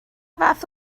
fath